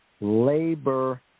labor